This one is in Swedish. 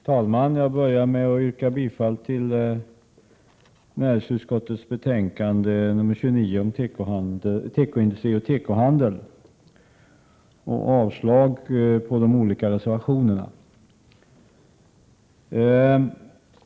Herr talman! Jag börjar med att yrka bifall till hemställan i näringsutskottets betänkande 29 om tekoindustri och tekohandel. Samtidigt yrkar jag avslag på reservationerna.